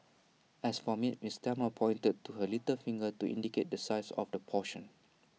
as for meat miss Thelma pointed to her little finger to indicate the size of the portion